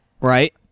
Right